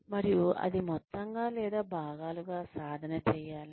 మరియు అది మొత్తంగా లేదా భాగాలుగా సాధన చేయాలా